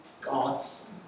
God's